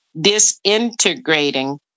Disintegrating